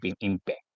impact